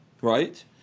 right